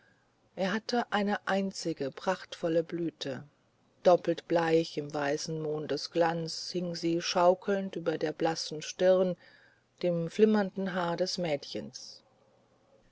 er hatte eine einzige prachtvolle blüte doppelt bleich im weißen mondenglanz hing sie schaukelnd über der blassen stirn dem flimmernden haar des mädchens